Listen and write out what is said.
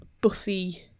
Buffy